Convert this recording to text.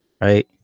Right